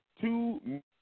two